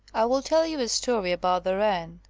i will tell you a story about the wren.